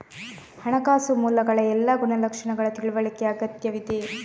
ಹಣಕಾಸು ಮೂಲಗಳ ಎಲ್ಲಾ ಗುಣಲಕ್ಷಣಗಳ ತಿಳುವಳಿಕೆ ಅಗತ್ಯವಿದೆ